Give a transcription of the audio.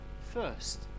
first